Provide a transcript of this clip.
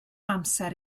amser